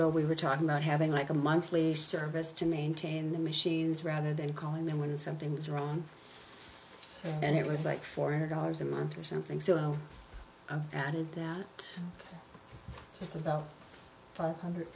ago we were talking about having like a monthly service to maintain the machines rather than calling them when something was wrong and it was like four hundred dollars a month or something so i added that it's about five hundred